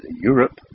Europe